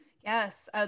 Yes